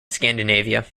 scandinavia